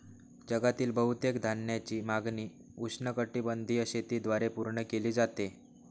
जगातील बहुतेक धान्याची मागणी उष्णकटिबंधीय शेतीद्वारे पूर्ण केली जाते